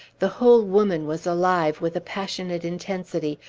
the whole woman was alive with a passionate intensity,